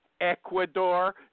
ecuador